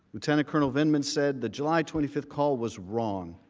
lieutenant colonel vindman said the july twenty five call was wrong,